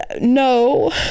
No